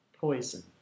poison